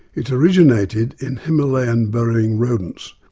it originated in himalayan burrowing rodents.